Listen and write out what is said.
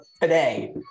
today